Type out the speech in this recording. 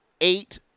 Eight